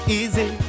easy